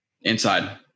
Inside